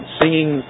singing